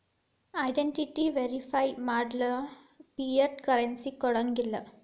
identity verify ಮಾಡ್ಲಾರ್ದ fiat currency ಕೊಡಂಗಿಲ್ಲಾ